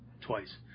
twice